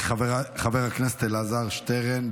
חבר הכנסת אלעזר שטרן,